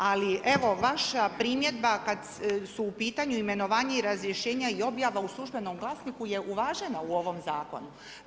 Ali evo vaša primjedba kad su u pitanju imenovanja i razrješenja i objava u službenom glasniku je uvažena u ovom zakonu.